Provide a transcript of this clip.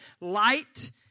light